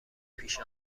پیش